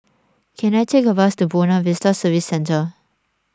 can I take a bus to Buona Vista Service Centre